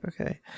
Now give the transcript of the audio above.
okay